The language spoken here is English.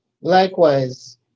likewise